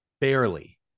barely